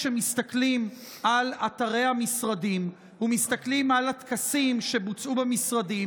כשמסתכלים על אתרי המשרדים ומסתכלים על הטקסים שבוצעו במשרדים,